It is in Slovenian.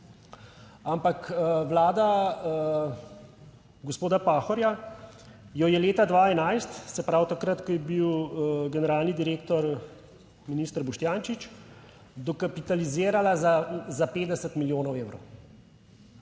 Ampak Vlada gospoda Pahorja jo je leta 2011, se pravi takrat, ko je bil generalni direktor minister Boštjančič, dokapitalizirala za 50 milijonov evrov.